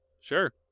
Sure